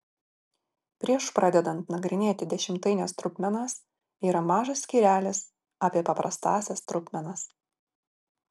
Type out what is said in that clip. prieš pradedant nagrinėti dešimtaines trupmenas yra mažas skyrelis apie paprastąsias trupmenas